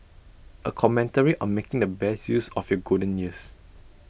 A commentary on making the best use of your golden years